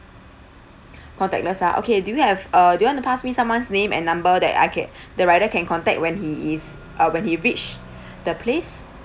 contactless ah okay do you have uh do you want to pass me someone's name and number that I can the rider can contact when he is uh when he reach the place